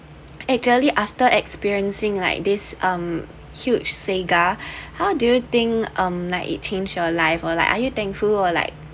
actually after experiencing like this um huge saga how do you think um like it change your life or like are you thankful or like